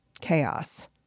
chaos